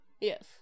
Yes